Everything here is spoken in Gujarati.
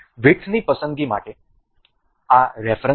વિડથની પસંદગી માટેનો આ રેફરન્સ છે